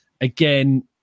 again